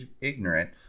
ignorant